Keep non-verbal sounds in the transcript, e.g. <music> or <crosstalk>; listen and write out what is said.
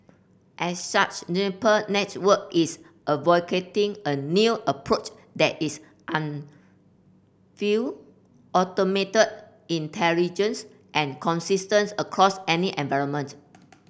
as such Juniper Network is advocating a new approach that is <unintelligible> automated intelligence and consistence across any environment